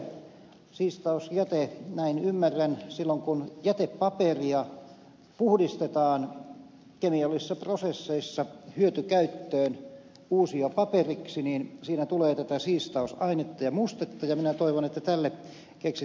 siistausjätettähän tulee näin ymmärrän silloin kun jätepaperia puhdistetaan kemiallisissa prosesseissa hyötykäyttöön uusiopaperiksi siinä tulee tätä siistausainetta ja mustetta ja minä toivon että tälle keksittäisiin järkevät ratkaisut